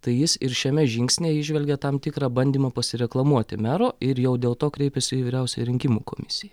tai jis ir šiame žingsny įžvelgia tam tikrą bandymą pasireklamuoti mero ir jau dėl to kreipėsi į vyriausiąją rinkimų komisiją